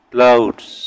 Clouds